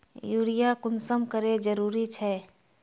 Urea कुंसम करे जरूरी छै?